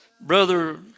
Brother